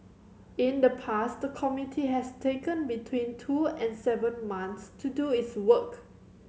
in the past the committee has taken between two and seven months to do its work